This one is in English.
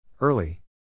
Early